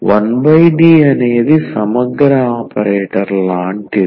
1D అనేది సమగ్ర operator లాంటిది